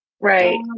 Right